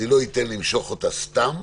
אני לא אתן למשוך אותה סתם,